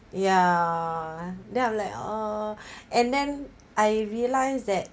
ya then I'm like oh and then I realised that